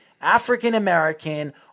African-American